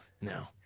No